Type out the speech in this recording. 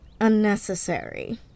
Unnecessary